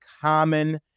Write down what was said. common